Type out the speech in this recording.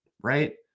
right